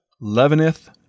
leaveneth